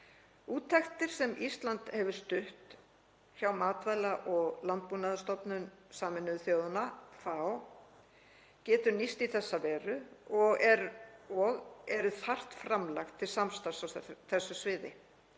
Úttektir sem Ísland hefur stutt hjá Matvæla- og landbúnaðarstofnun Sameinuðu þjóðanna, FAO, geta nýst í þessa veru og eru þarft framlag til samstarfs á þessu sviði.